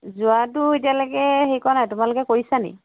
যোৱাটো এতিয়ালৈকে হেৰি কৰা নাই তোমালোকে কৰিছা নে